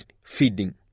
feeding